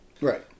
Right